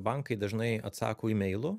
bankai dažnai atsako imeilu